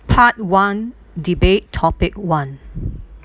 part one debate topic one